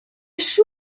شور